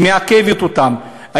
שמעכבת אותן,